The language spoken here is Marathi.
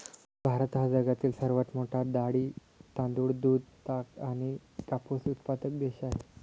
भारत हा जगातील सर्वात मोठा डाळी, तांदूळ, दूध, ताग आणि कापूस उत्पादक देश आहे